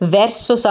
verso